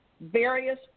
various